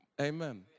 Amen